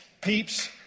peeps